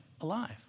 alive